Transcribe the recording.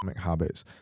habits